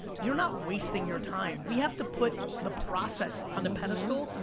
you're not wasting your time. we have to put the process on a pedestal,